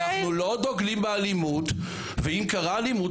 אנחנו לא דוגלים באלימות ואם קרה אלימות,